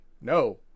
No